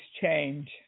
change